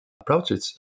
approaches